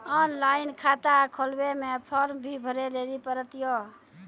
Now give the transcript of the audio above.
Online खाता खोलवे मे फोर्म भी भरे लेली पड़त यो?